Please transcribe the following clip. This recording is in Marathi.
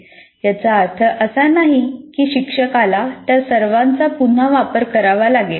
याचा अर्थ असा नाही की शिक्षकाला त्या सर्वांचा पुन्हा वापर करावा लागेल